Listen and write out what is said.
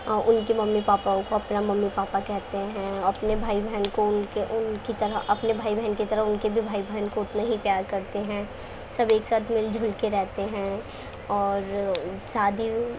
اور ان کے ممی پاپا کو اپنا ممی پاپا کہتے ہیں اپنے بھائی بہن کو ان کے ان کی طرح اپنے بھائی بہن کی طرح ان کے بھی بھائی بہن کو اتنے ہی پیار کرتے ہیں سب ایک ساتھ مل جل کے رہتے ہیں اور شادی